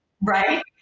Right